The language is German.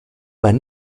man